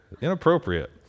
inappropriate